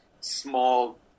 small